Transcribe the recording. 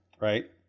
right